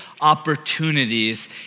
opportunities